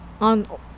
on